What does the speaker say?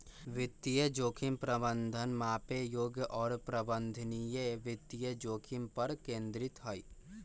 वित्तीय जोखिम प्रबंधन मापे योग्य और प्रबंधनीय वित्तीय जोखिम पर केंद्रित हई